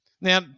Now